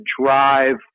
drive